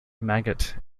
maggot